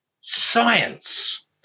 science